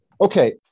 Okay